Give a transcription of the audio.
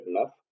enough